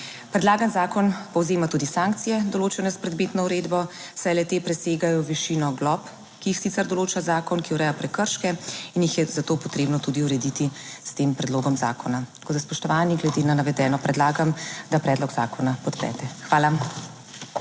Predlagan zakon povzema tudi sankcije, določene s predmetno uredbo, saj le te presegajo višino glob, ki jih sicer določa zakon, ki ureja prekrške in jih je za to potrebno tudi urediti s tem predlogom zakona. Tako, da spoštovani, glede na navedeno predlagam, da predlog zakona podprete. Hvala.